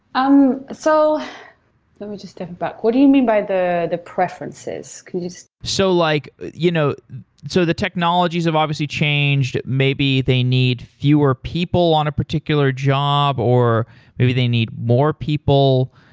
um so but me just think about what do you mean by the the preferences? can you just so like you know so the technologies have obviously changed. maybe they need fewer people on a particular job or maybe they need more people.